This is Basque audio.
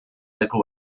leku